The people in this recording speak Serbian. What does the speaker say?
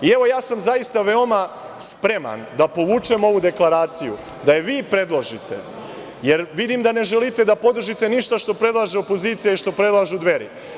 Zaista sam spreman da povučemo ovu deklaraciju, da je vi predložite, jer vidim da ne želite da podržite ništa što predlaže opozicija i što predlažu Dveri.